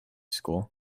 school